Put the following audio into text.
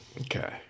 Okay